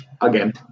Again